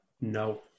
No